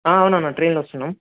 అవునన్న ట్రైన్లో వస్తున్నాము